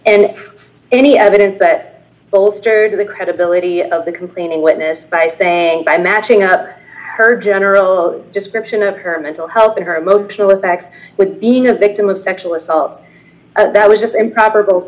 and any evidence that bolstered the credibility of the complaining witness by saying by matching up her general description of her mental health her emotional impacts with being a victim of sexual assault that was just improper